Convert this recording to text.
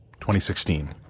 2016